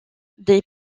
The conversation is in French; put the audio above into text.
des